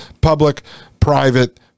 public-private